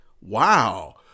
wow